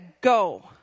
go